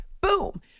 Boom